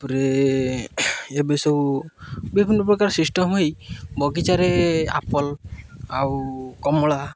ତାପରେ ଏବେ ସବୁ ବିଭିନ୍ନ ପ୍ରକାର ସିଷ୍ଟମ୍ ହୋଇ ବଗିଚାରେ ଆପଲ୍ ଆଉ କମଳା